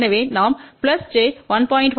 எனவே நாம் j 1